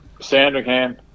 Sandringham